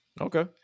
Okay